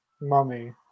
mummy